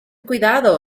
cuidado